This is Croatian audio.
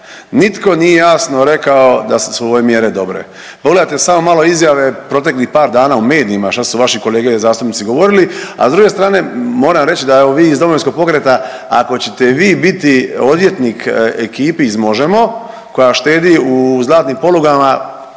nitko nije jasno rekao da su ove mjere dobre. Pogledajte samo malo izjave proteklih par dana u medijima šta su vaši kolege zastupnici govorili, a s druge strane moram reć da evo vi iz Domovinskog pokreta ako ćete vi biti odvjetnik ekipi iz Možemo! koja štedi u zlatnim polugama,